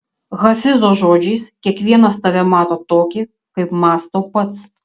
hafizo žodžiais kiekvienas tave mato tokį kaip mąsto pats